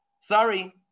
Sorry